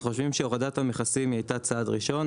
אז אנחנו חושבים שהורדת המכסים היא הייתה הצעד הראשון.